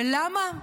ולמה?